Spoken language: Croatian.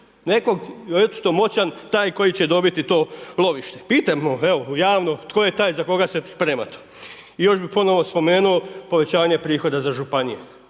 Nekog tko je očito moćan taj koji će dobiti to lovište. Pitajmo, evo, javno, tko je taj za koga se sprema to. I još bi ponovno spomenuo povećanje prihoda za županije.